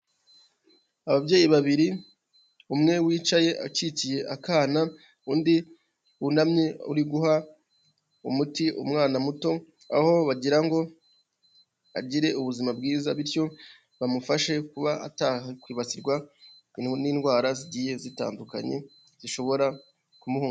Ababyeyi babiri umwe wicaye akikiye akana undi wunamye uri guha umuti umwana muto, aho bagira ngo agire ubuzima bwiza bityo bamufashe kuba kwibasirwa n'indwara zigiye zitandukanye zishobora kumuhu.